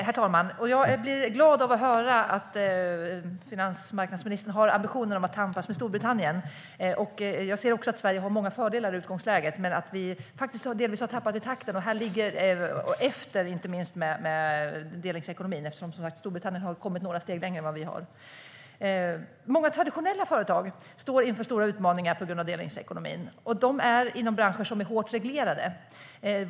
Herr talman! Jag blir glad av att höra att finansmarknadsministern har ambitioner att tampas med Storbritannien, och jag ser också att Sverige har många fördelar i utgångsläget. Men vi har faktiskt delvis tappat i takten och ligger efter inte minst med delningsekonomin, eftersom Storbritannien har kommit några steg längre än vi har. Många traditionella företag står inför stora utmaningar på grund av delningsekonomin. De är inom branscher som är hårt reglerade.